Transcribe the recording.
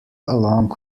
along